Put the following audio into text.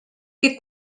que